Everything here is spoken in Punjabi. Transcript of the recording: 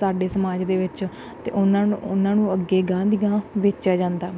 ਸਾਡੇ ਸਮਾਜ ਦੇ ਵਿੱਚ ਅਤੇ ਉਹਨਾਂ ਨੂੰ ਉਹਨਾਂ ਨੂੰ ਅੱਗੇ ਗਾਂਹ ਦੀ ਗਾਂਹ ਵੇਚਿਆ ਜਾਂਦਾ